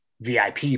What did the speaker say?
VIP